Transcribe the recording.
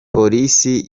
polisi